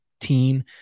team